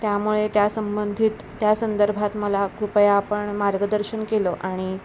त्यामुळे त्या संबंधित त्या संदर्भात मला कृपया आपण मार्गदर्शन केलं आणि